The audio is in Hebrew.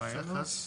עניין יחס.